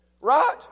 Right